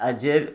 आओर जे